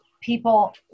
people